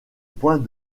point